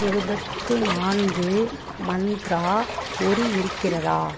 இருபத்து நான்கு மந்த்ரா பொரி இருக்கிறதா